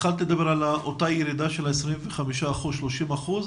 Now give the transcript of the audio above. אמרנו שהייתה ירידה בחיסונים של 25% - 30%.